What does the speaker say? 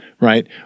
right